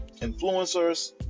influencers